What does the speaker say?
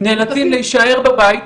נאלצים להישאר בבית,